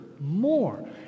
more